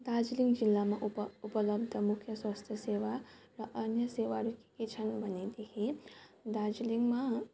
दार्जिलिङ जिल्लामा उप उपलब्ध मुख्य स्वास्थ्य सेवा र अन्य सेवाहरू के के छन् भनेदेखि दार्जिलिङमा